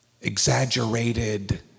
exaggerated